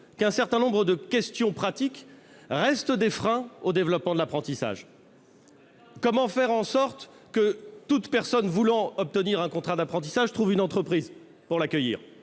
un certain nombre de questions pratiques continuent de constituer des freins au développement de l'apprentissage. Comment faire en sorte que toute personne voulant obtenir un contrat d'apprentissage trouve une entreprise pour l'accueillir ?